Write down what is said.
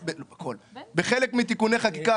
בחלק מתיקוני חקיקה,